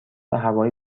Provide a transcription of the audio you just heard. هوایی